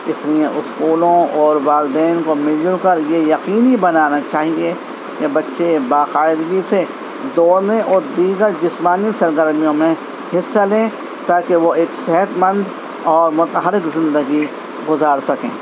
اس لیے اسکولوں اور والدین کو مل جل کر یہ یقینی بنانا چاہیے کہ بچے باقاعدگی سے دوڑنے اور دیگر جسمانی سرگرمیوں میں حصہ لیں تاکہ وہ ایک صحتمند اور متحرک زندگی گزار سکیں